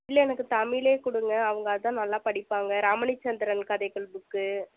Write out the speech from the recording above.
இல்லை எனக்கு தமிழே கொடுங்க அவங்க அதான் நல்லா படிப்பாங்க ரமணிச்சந்திரன் கதைகள் புக்கு